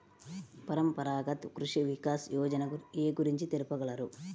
పరంపరాగత్ కృషి వికాస్ యోజన ఏ గురించి తెలుపగలరు?